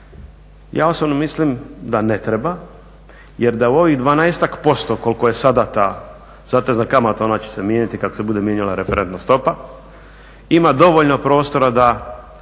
Ja osobno mislim da ne treba jer da u ovih 12-ak posto koliko je sada ta zatezna kamata ona će se mijenjati kako se bude mijenjala referentna stopa, ima dovoljno prostora da